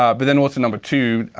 um but then also, number two,